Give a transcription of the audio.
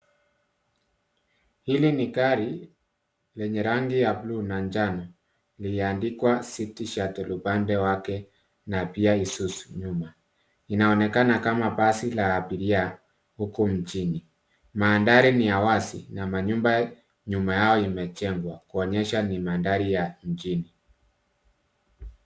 Hili ni gari lenye rangi ya buluu na njano. Limebandikwa stika na matangazo pembeni mwake yanayoonekana kusisitiza huduma fulani. Inaonekana kama basi la abiria wa hapa mjini. Mandhari ya nyuma ni ya wazi, yakiwa na nyumba zilizojengwa, zikionyesha mazingira ya mjini.